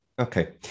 Okay